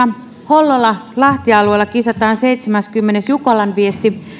hollola lahti alueella kisataan seitsemännenkymmenennen jukolan viesti